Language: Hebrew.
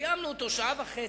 קיימנו אותו שעה וחצי.